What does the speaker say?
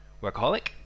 workaholic